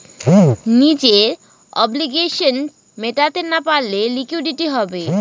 নিজের অব্লিগেশনস মেটাতে না পারলে লিকুইডিটি হবে